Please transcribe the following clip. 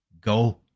go